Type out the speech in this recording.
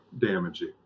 damaging